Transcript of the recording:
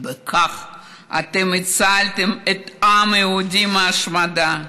ובכך אתם הצלתם את העם היהודי מהשמדה.